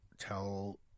Tell